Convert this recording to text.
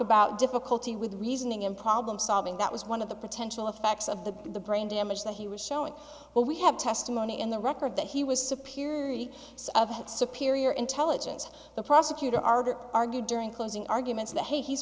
about difficulty with reasoning and problem solving that was one of the potential effects of the brain damage that he was showing what we have testimony in the record that he was superior to superior intelligence the prosecutor are argued during closing arguments that he